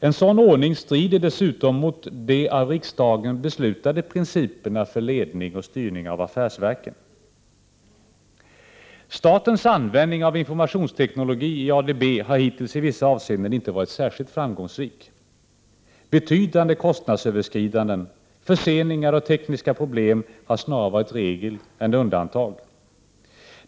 En sådan ordning strider dessutom mot de av riksdagen beslutade principerna för ledning och styrning av affärsverken. Statens användning av informationsteknologi i ADB-verksamheten har hittills i vissa avseenden inte varit särskilt framgångsrik. Betydande kostnadsöverskridanden, förseningar och tekniska problem har snarare varit regel än undantag.